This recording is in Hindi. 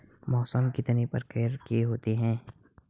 मौसम कितने प्रकार के होते हैं?